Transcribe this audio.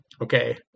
okay